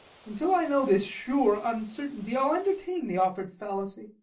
until i know this sure uncertainty, i'll entertain the offer'd fallacy.